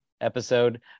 episode